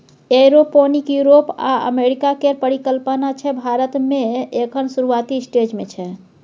aeroponic Europe आ America केर परिकल्पना छै भारत मे एखन शुरूआती स्टेज मे छै